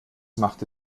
machte